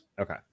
Okay